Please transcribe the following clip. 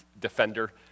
defender